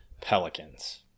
Pelicans